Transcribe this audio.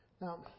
Now